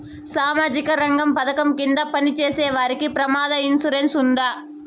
సామాజిక రంగ పథకం కింద పని చేసేవారికి ప్రమాద ఇన్సూరెన్సు ఉందా?